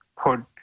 put